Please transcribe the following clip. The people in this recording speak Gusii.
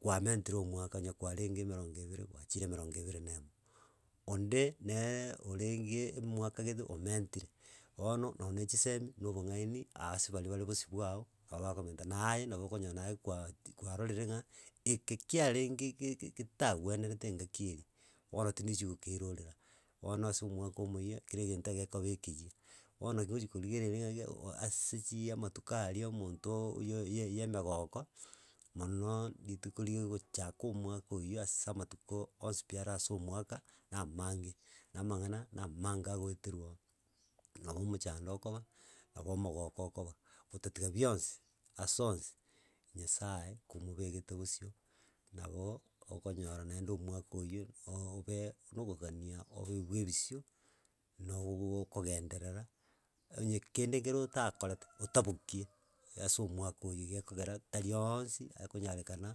Kwamentire omwaka onye kwarenge emerongo ebere gwachire emerongo ebere na emo, onde naaaa orenge emwaka gete omentire, bono nonye na chisemi na obong'aini aase baria bare bosio bwago, nabo bakomenta, naye nabo okonyora naye kwat kwarorire ng'a eke kiarenge gegetabwenerete engaki eria, bono tindi gochia gokeirorera, bono ase omwaka omoyia, kero egento egekoba ekiyia. Bono naki ogochi korigereri buna iga ase chii amatuko aria omonto oyo ya ya emegoko, mono rituko rigochaka omwaka oywo ase amatuko onsi pi are ase omwaka na amange, na amang'ana na amange agoeterwa oo. Nabo omochando okoba, nabo omogoko okoba otatiga bionsi ase onsi nyasaye komobegete bosio nabo okonyora naende omwaka oywo nooobe nokogania obe bwa ebisio, nauubu bwo okogenderera, onye kende kere otakorete, otabokie ase omwaka oywo gekogera tari ooonsi akonyarekana